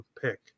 pick